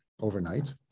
overnight